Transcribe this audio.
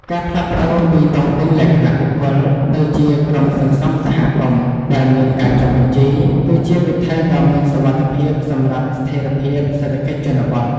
ការផ្លាស់ប្តូរពី "តុងទីនលក្ខណៈបុគ្គល" ទៅជា "ក្រុមសន្សំសហគមន៍" ដែលមានការចុះបញ្ជី គឺជាវិថីដ៏មានសុវត្ថិភាពសម្រាប់ស្ថិរភាពសេដ្ឋកិច្ចជនបទ។